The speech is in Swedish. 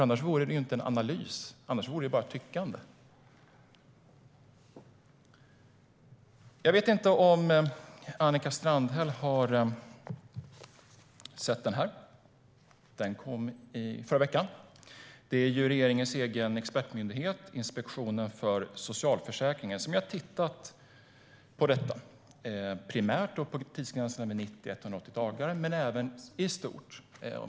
Annars vore det ingen analys utan bara ett tyckande. Jag vet inte om Annika Strandhäll har sett rapporten från regeringens egen expertmyndighet Inspektionen för socialförsäkringen som kom i förra veckan. Man har primärt tittat på tidsgränser på 90 och 180 dagar men även i stort.